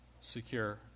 secure